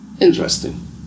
Interesting